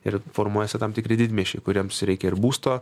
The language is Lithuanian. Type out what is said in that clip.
ir formuojasi tam tikri didmiesčiai kuriems reikia ir būsto